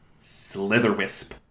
Slitherwisp